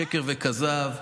שקר וכזב.